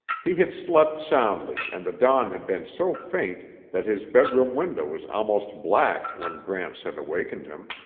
he had slept soundly and the dawn had been so faint that his bedroom window was almost black when gramps had awakened him.